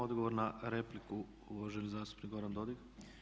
Odgovor na repliku uvaženi zastupnik Goran Dodig.